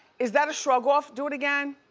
is that a shrug off? do it again.